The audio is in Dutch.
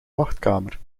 wachtkamer